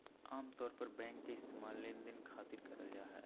आमतौर पर बैंक के इस्तेमाल लेनदेन खातिर करल जा हय